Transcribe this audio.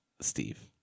Steve